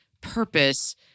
purpose